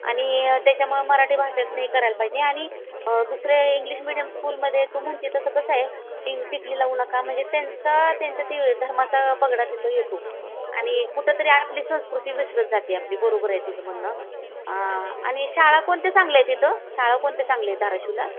आणि त्याच्यामुळं मराठी भाषाच नाही करायला पाहिजे आणि दुसरे इंग्लिश मिडियम स्कूलमध्ये तू म्हणते तसं कसं आहे की टिकली लावू नका म्हणजे त्यांचा त्यांच्या ती धर्माचा पगडा तिथं येतो आणि कुठं तरी आपली संस्कृती विसरत जाते आपली बरोबर आहे तुझं म्हणणं आणि शाळा कोणत्या चांगल्या आहेत इथं शाळा कोणत्या चांगल्या आहेत धाराशिवला